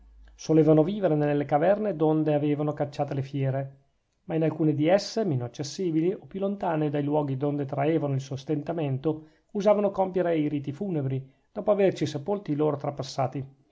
solevano vivere nelle caverne donde avevano cacciate le fiere ma in alcune di esse meno accessibili o più lontane dai luoghi donde traevano il sostentamento usavano compiere i riti funebri dopo averci sepolti i loro trapassati